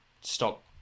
stop